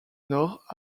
nord